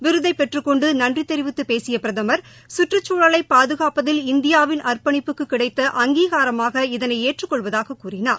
விருதை பெற்றுக் கொண்டு நன்றி தெரிவித்து பேசிய பிரதமர் குற்றுக்குழலை பாதுகாப்பதில் இந்தியாவின் அர்ப்பனிப்புக்கு கிடைத்த அங்கீகாரமாக இதனை ஏற்றுக் கொள்வதாகக் கூறினார்